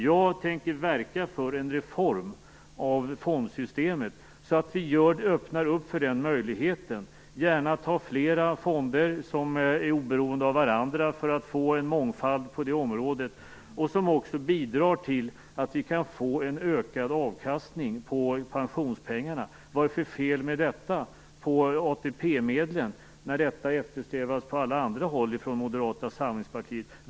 Jag tänker verka för en reform av fondsystemet så att vi öppnar den möjligheten, gärna tar flera fonder som är oberoende av varandra för att få en mångfald på det området, vilket kan bidra till att vi får en ökad avkastning på pensionspengarna. Vad är det för fel med det i fråga om ATP-medlen när detta eftersträvas av Moderata samlingspartiet i andra sammanhang?